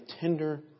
tender